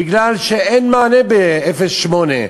בגלל שאין מענה ב-08,